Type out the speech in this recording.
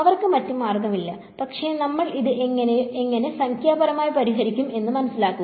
അവർക്ക് മറ്റ് മാർഗമില്ല പക്ഷേ നമ്മൾ ഇത് എങ്ങനെ സംഖ്യാപരമായി പരിഹരിക്കും എന്ന് മനസിലാക്കുക